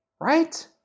Right